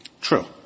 True